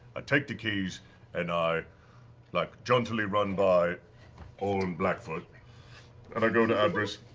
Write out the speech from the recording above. ah take the keys and i like jauntily run by orn blackfoot and i go to abjurist